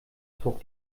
zog